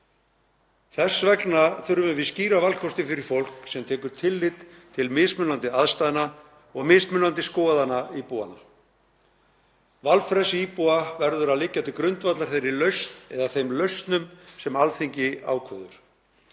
Þess vegna þurfum við skýra valkosti fyrir fólk sem taka tillit til mismunandi aðstæðna og mismunandi skoðana íbúanna. Valfrelsi íbúa verður að liggja til grundvallar þeirri lausn eða þeim lausnum sem Alþingi ákveður.